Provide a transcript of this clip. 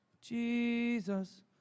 Jesus